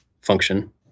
function